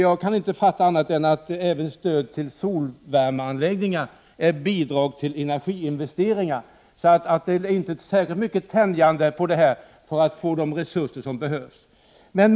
Jag kan inte förstå annat än att även stöd till solvärmeanläggningar är bidrag till energiinvesteringar. Det behövs alltså inte särskilt mycket tänjande för att få de nödvändiga resurserna.